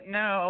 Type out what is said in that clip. no